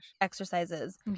exercises